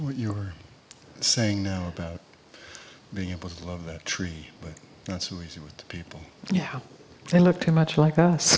what you were saying know about being able to love that tree but not so easy with people yeah they look too much like us